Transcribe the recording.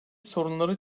sorunları